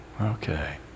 Okay